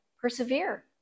persevere